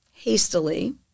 hastily